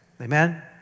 Amen